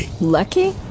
Lucky